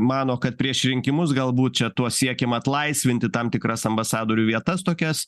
mano kad prieš rinkimus galbūt čia tuo siekiama atlaisvinti tam tikras ambasadorių vietas tokias